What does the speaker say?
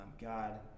God